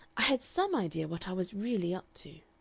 i had some idea what i was really up to.